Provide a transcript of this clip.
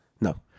No